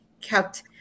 kept